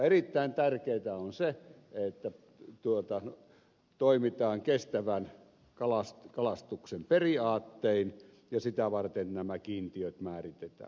erittäin tärkeätä on se että toimitaan kestävän kalastuksen periaattein ja sitä varten nämä kiintiöt määritetään